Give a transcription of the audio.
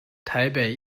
台北